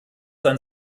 einen